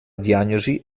diagnosi